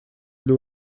для